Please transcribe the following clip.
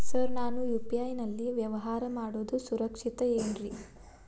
Sir ನಾನು UPI ನಲ್ಲಿ ವ್ಯವಹಾರ ಮಾಡೋದು ಸುರಕ್ಷಿತ ಏನ್ರಿ?